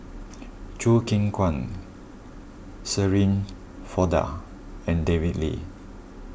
Choo Keng Kwang Shirin Fozdar and David Lee